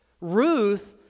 Ruth